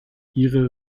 ihre